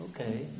Okay